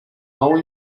low